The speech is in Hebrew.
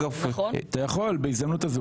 אתה יכול, בהזדמנות הזו.